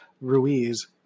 Ruiz